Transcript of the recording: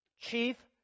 Chief